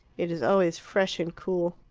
it is always fresh and cool.